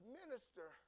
minister